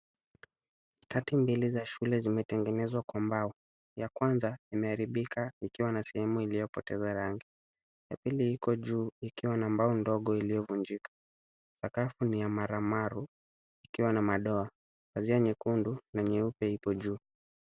Stati mbili za shule zimetengenezwa kwa mbao. Ya kwanza imeharibika ikiwa na sehemu iliyopoteza rangi, ya pili iko juu ikiwa na mbao ndogo iliyovunjika. Sakafu ni ya maramaru ikiwa na madoa. Pazia nyekundu na nyeupe iko juu.